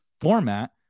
format